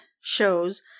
shows